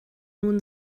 nun